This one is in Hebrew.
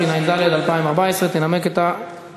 התשע"ד 2014. תנמק את ההתנגדות,